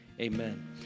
amen